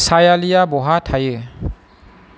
सायालिया बहा थायो